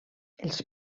els